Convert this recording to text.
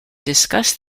discussed